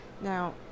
now